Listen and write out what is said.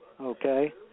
okay